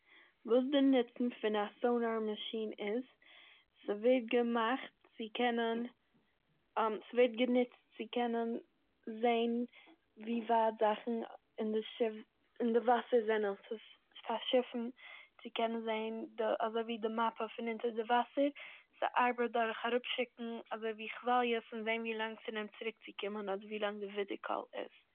וואס די נוצן פון א סאנאר מאשין איז. ס'ווערט געמאכט צו קענען- ס'ווערט גענוצט צו קענען ווי ווייט זאכן א- אין די שיף- אין די וואסער זענען. ס'איז פאר שיפן צו קענען זעהן די- אזויווי די מאפע פון אינטער די וואסער. ס'ארבעט דורך אראפשיקן אזויווי כווליות און זעהן ווי לאנג ס'נעמט צוריקצוקומען אדער ווי לאנג די ווידערקול איז.